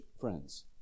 friends